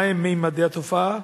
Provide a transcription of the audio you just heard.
מה הם ממדי התופעה?